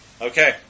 Okay